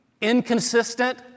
inconsistent